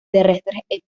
terrestres